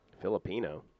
Filipino